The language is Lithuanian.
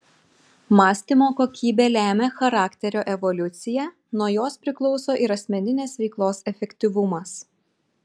mąstymo kokybė lemia charakterio evoliuciją nuo jos priklauso ir asmeninės veiklos efektyvumas